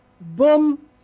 boom